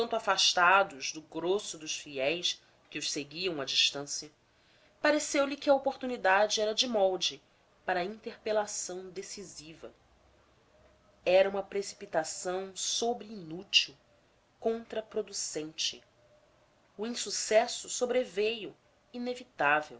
afastados do grosso dos fiéis que os seguiam à distância pareceu-lhe que a oportunidade era de molde para interpelação decisiva era uma precipitação sobre inútil contraproducente o insucesso sobreveio inevitável